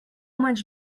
much